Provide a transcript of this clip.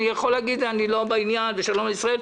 אני יכול להגיד שאני לא בעניין ושלום על ישראל.